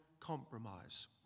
compromise